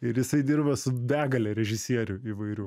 ir jisai dirba su begale režisierių įvairių